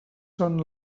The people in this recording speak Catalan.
són